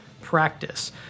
practice